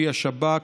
כלי השב"כ,